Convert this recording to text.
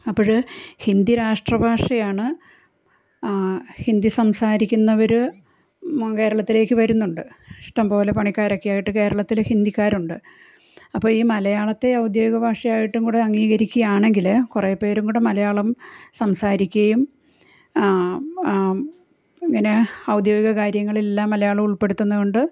അപ്പഴ് ഹിന്ദി രാഷ്ട്രഭാഷയാണ് ഹിന്ദി സംസാരിക്കുന്നവര് കേരളത്തിലേക്ക് വരുന്നുണ്ട് ഇഷ്ടംപോലെ പണിക്കാരൊക്കെ ആയിട്ട് കേരളത്തില് ഹിന്ദിക്കാരുണ്ട് അപ്പോൾ ഈ മലയാളത്തെ ഔദ്യോഗിക ഭാഷയായിട്ടും കൂടെ അംഗീകരിക്കുകയാണെങ്കില് കുറെ പേരുംകൂടെ മലയാളം സംസാരിക്കുകയും ഇങ്ങനെ ഔദ്യോഗിക കാര്യങ്ങളിലെല്ലാം മലയാളം ഉൾപ്പെടുത്തുന്നത് കൊണ്ട്